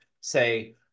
say